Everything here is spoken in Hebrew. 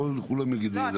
כולם ידברו.